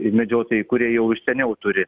medžiotojai kurie jau iš seniau turi